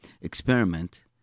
experiment